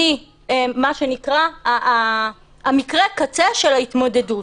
אני מה שנקרא "מקרה הקצה" של ההתמודדות,